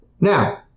now